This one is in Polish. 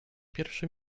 pierwszy